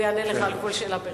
והוא יענה לך על כל שאלה ברצון.